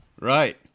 right